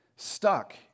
stuck